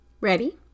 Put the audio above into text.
Ready